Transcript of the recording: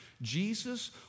Jesus